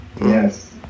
Yes